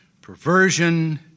perversion